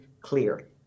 clear